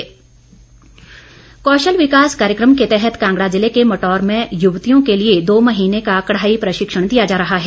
कौशल विकास कौशल विकास कार्यक्रम के तहत कांगड़ा ज़िले के मटौर में युवतियों के लिए दो महीने का कढ़ाई प्रशिक्षण दिया जा रहा है